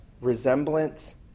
resemblance